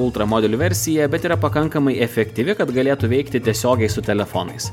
ultramodernių versiją bet yra pakankamai efektyvi kad galėtų veikti tiesiogiai su telefonais